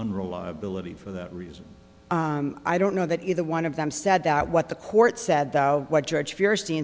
unreliability for that reason i don't know that either one of them said that what the court said though what judge